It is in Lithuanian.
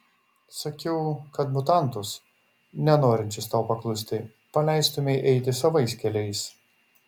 sakiau kad mutantus nenorinčius tau paklusti paleistumei eiti savais keliais